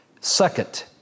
Second